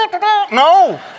No